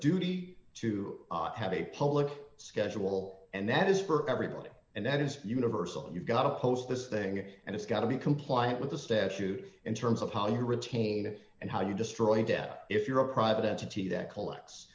duty to have a public schedule and that is for everybody and that is universal you've got to post this thing and it's got to be compliant with the statute in terms of how you retain it and how you destroy it if you're a private entity that collects